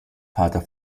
vater